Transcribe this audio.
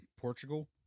Portugal